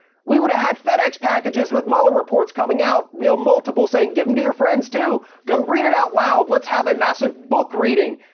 we would've had fedex packages with mueller reports coming out. we'll multiple saying given to your friends to go read it out loud. let's have a massive book reading.